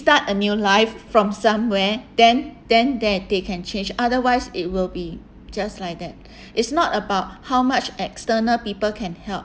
a new life from somewhere then then then they can change otherwise it will be just like that it's not about how much external people can help